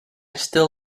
still